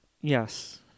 Yes